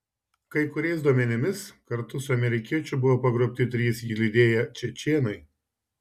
kai kuriais duomenimis kartu su amerikiečiu buvo pagrobti trys jį lydėję čečėnai